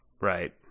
Right